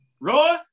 Roy